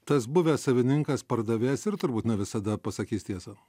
tas buvęs savininkas pardavėjas ir turbūt ne visada pasakys tiesą